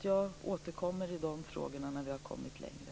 Jag återkommer alltså i dessa frågor när vi har kommit längre.